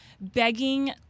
begging